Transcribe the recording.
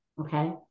okay